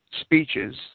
speeches